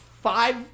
five